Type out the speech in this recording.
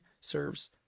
serves